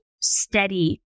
steady